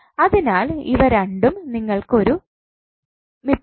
അതിനാൽ ഇവ രണ്ടും നിങ്ങൾക്ക് ഒരുമിപ്പിക്കാം